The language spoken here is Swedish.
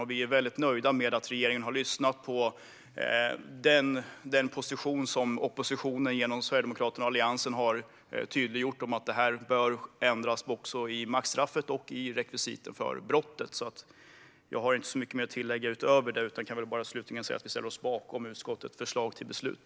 Vi är därför väldigt nöjda med att regeringen har lyssnat på den position som oppositionen genom Sverigedemokraterna och Alliansen har tydliggjort om att maximistraffet bör ändras liksom rekvisitet för brottet. Jag har inte så mycket mer att tillägga utan vill slutligen säga att vi ställer oss bakom utskottets förslag till beslut.